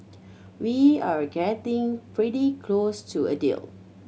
we're getting pretty close to a deal